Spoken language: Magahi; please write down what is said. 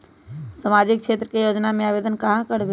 सामाजिक क्षेत्र के योजना में आवेदन कहाँ करवे?